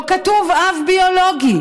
לא כתוב אב ביולוגי.